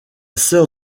sœur